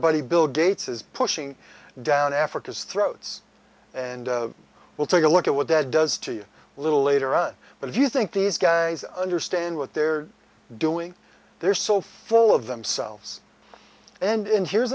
buddy bill gates is pushing down africa's throats and we'll take a look at what that does to you a little later on but if you think these guys understand what they're doing they're so full of themselves and in here's